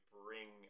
bring